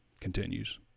continues